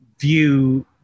view